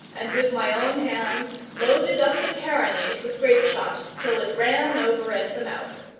and with my own hands loaded up the carronade with grape-shot till it ran over at the mouth.